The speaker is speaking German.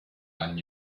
einen